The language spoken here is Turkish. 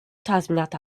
tazminat